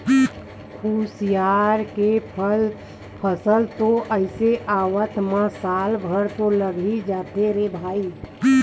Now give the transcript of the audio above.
खुसियार के फसल तो अइसे आवत म साल भर तो लगे ही जाथे रे भई